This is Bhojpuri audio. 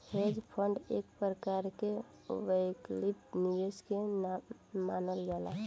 हेज फंड एक प्रकार के वैकल्पिक निवेश के मानल जाला